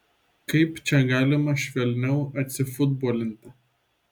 kaip čia galima švelniau atsifutbolinti